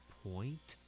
point